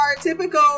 typical